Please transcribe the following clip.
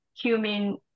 cumin